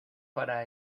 para